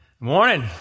morning